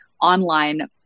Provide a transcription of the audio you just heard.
online